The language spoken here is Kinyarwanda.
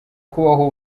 kubaho